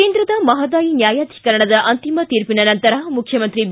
ಕೇಂದ್ರದ ಮಹದಾಯಿ ನ್ಯಾಯಾಧಿಕರಣದ ಅಂತಿಮ ತೀರ್ಪಿನ ನಂತರ ಮುಖ್ಯಮಂತ್ರಿ ಬಿ